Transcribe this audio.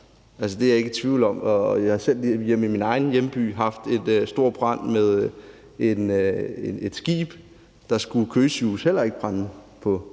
det er jeg ikke i tvivl om, og vi har også i min egen hjemby haft en stor brand i et skib, og hvor Køges huse jo heller ikke skulle brænde på